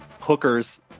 hookers